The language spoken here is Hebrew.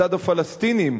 מצד הפלסטינים,